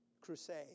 crusade